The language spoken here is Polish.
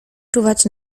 czuwać